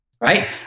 right